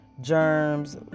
germs